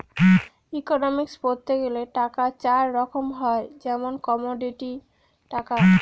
economics পড়তে গেলে টাকা চার রকম হয় যেমন কমোডিটি টাকা